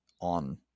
on